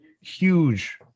huge